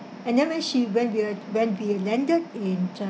and then when she went there when we landed in uh